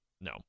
No